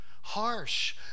harsh